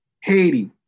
Haiti